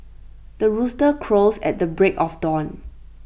the rooster crows at the break of dawn